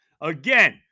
Again